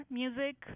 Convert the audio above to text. music